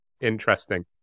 Interesting